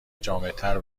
جامعتر